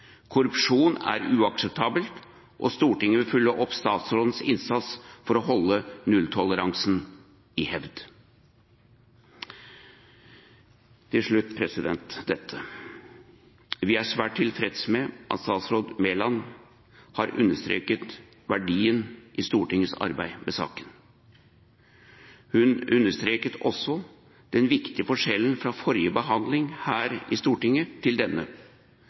Korrupsjon er uakseptabelt, og Stortinget vil følge opp statsrådens innsats for å holde nulltoleransen i hevd. Til slutt: Vi er svært tilfreds med at statsråd Mæland har understreket verdien av Stortingets arbeid med saken. Hun understreket også den viktige forskjellen fra forrige behandling her i Stortinget til denne,